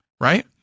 right